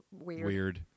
weird